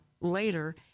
later